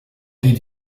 did